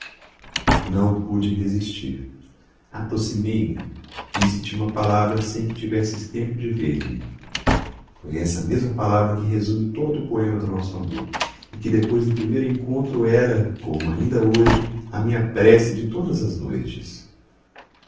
não pude resistir aproximei-me disse te uma palavra sem que tivesses tempo de ver-me foi essa mesma palavra que resume todo o poema do nosso amor e que depois do primeiro encontro era como ainda hoje a minha prece de todas as noites